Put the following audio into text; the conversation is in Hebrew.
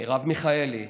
מרב מיכאלי,